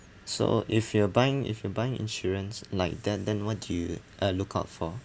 so if you are buying if you're buying insurance like then then what do you uh look out for